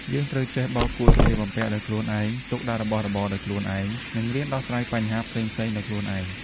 យើងត្រូវចេះបោកគក់សំលៀកបំពាក់ដោយខ្លួនឯង ទុកដាក់របស់របរដោយខ្លួនឯង និងរៀនដោះស្រាយបញ្ហាផ្សេងៗដោយខ្លួនឯង។